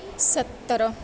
سترہ